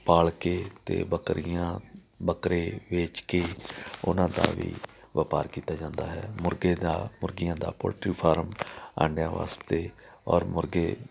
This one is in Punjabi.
ਪਾਲ ਕੇ ਅਤੇ ਬੱਕਰੀਆਂ ਬੱਕਰੇ ਵੇਚ ਕੇ ਉਹਨਾਂ ਦਾ ਵੀ ਵਪਾਰ ਕੀਤਾ ਜਾਂਦਾ ਹੈ ਮੁਰਗੇ ਦਾ ਮੁਰਗੀਆਂ ਦਾ ਪੋਲਟਰੀ ਫਾਰਮ ਆਂਡਿਆਂ ਵਾਸਤੇ ਔਰ ਮੁਰਗੇ